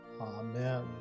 Amen